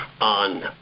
on